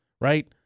Right